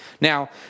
Now